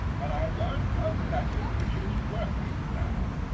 and i learnt a lesson which is working now.